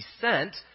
descent